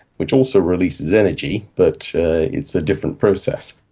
which also releases energy but it's a different process.